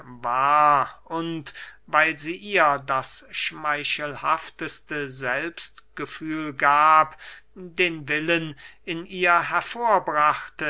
war und weil sie ihr das schmeichelhafteste selbstgefühl gab den willen in ihr hervorbrachte